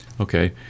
Okay